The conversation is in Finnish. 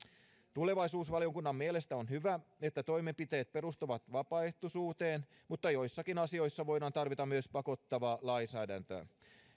tulevaisuusvaliokunnan mielestä on hyvä että toimenpiteet perustuvat vapaaehtoisuuteen mutta joissakin asioissa voidaan tarvita myös pakottavaa lainsäädäntöä